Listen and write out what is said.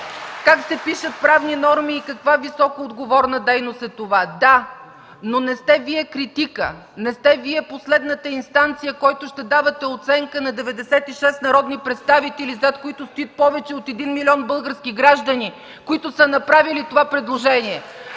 как се пишат правни норми и каква високоотговорна дейност е това. Да, но не сте Вие критикът! Не сте Вие последната инстанция, която ще дава оценка на 96 народни представители, зад които стоят повече от 1 милион български граждани, които са направили това предложение.